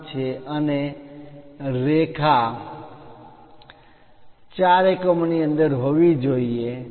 5 છે અને રેખા લીટી line 4 4 એકમો ની અંદર હોવી જોઈએ